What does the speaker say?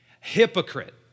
Hypocrite